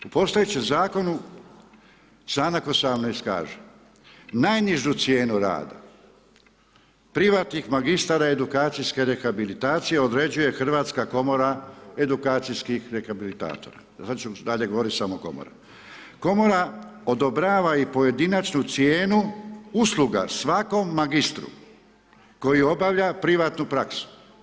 U postojećem zakonu članak 18. kaže: „Najnižu cijenu rada privatnih magistara edukacijske rehabilitacije određuje Hrvatska komora edukacijskih rehabilitatora“, sada ću dalje govoriti samo Komora, „Komora odobrava i pojedinačnu cijenu usluga svakom magistru koji obavlja privatnu praksu.